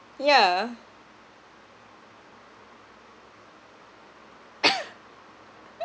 yeah